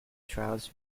trials